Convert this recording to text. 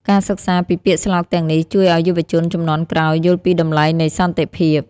ការសិក្សាពីពាក្យស្លោកទាំងនេះ ជួយឱ្យយុវជនជំនាន់ក្រោយយល់ពីតម្លៃនៃសន្តិភាព។